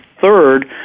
Third